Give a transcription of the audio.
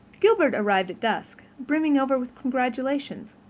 gilbert arrived at dusk, brimming over with congratulations,